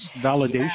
validation